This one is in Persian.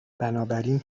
بنابراین